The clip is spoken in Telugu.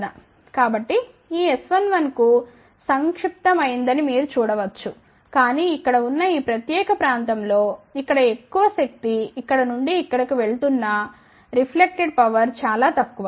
కాబట్టి ఈ S11 కు సంక్షిప్తమైందని మీరు చూడ వచ్చు కానీ ఇక్కడ ఉన్న ఈ ప్రత్యేక ప్రాంతం లో ఇక్కడ ఎక్కువ శక్తి ఇక్కడ నుండి ఇక్కడికి వెళుతున్న ప్రతిబింబించే శక్తి చాలా తక్కువ